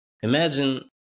Imagine